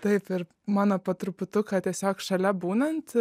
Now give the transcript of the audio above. taip ir mano po truputuką tiesiog šalia būnant